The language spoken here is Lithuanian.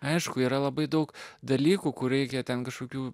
aišku yra labai daug dalykų kur reikia ten kažkokių